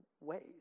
ways